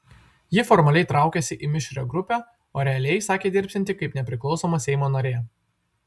ji formaliai traukiasi į mišrią grupę o realiai sakė dirbsianti kaip nepriklausoma seimo narė